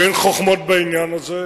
ואין חוכמות בעניין הזה.